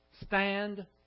stand